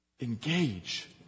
engage